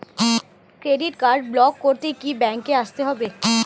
Credit card block করতে কি ব্যাংকে আসতে হবে?